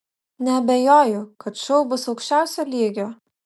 neabejoju kad šou bus aukščiausio lygio